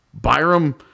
Byram